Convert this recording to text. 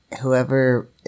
whoever